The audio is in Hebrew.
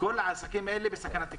כל העסקים הללו בסכנת קריסה.